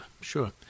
sure